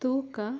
ತೂಕ